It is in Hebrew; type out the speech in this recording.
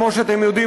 כמו שאתם יודעים,